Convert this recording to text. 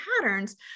patterns